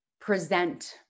present